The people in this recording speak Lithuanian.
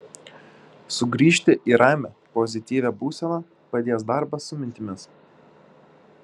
sugrįžti į ramią pozityvią būseną padės darbas su mintimis